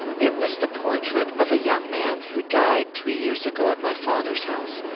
it was the portrait of a young man who died three years ago at my father's house,